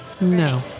No